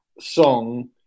song